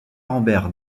rambert